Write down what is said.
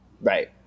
Right